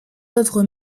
œuvres